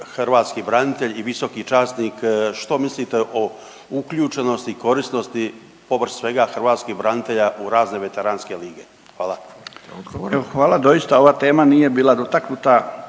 hrvatski branitelj i visoki časnik, što mislite o uključenosti i korisnosti povrh svega hrvatskih branitelja u razne veteranske lige. Hvala. **Radin, Furio (Nezavisni)**